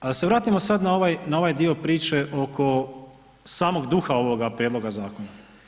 A da se vratimo sad na ovaj dio priče oko samog duha onoga prijedloga zakona.